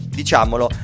diciamolo